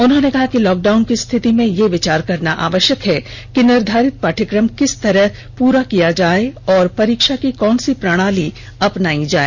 उन्होंने कहा कि लॉकडाउन की रिथति में यह विचार करना आवश्यक है कि निर्धारित पाठ्यक्रम किस तरह पूरा किया जाए और परीक्षा की कौन सी प्रणाली अपनाई जाए